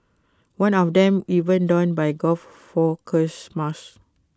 one of them even donned by guy Fawkes mask